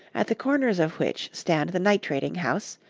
at the corners of which stand the nitrating-house,